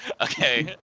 Okay